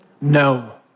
No